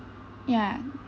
ya